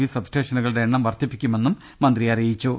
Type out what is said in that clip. V സബ്സ്റ്റേഷനുകളുടെ എണ്ണം വർധിപ്പിക്കുമെന്നും മന്ത്രി പറഞ്ഞു